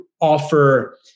offer